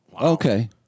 Okay